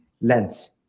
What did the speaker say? lens